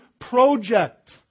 project